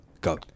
Go